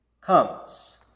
comes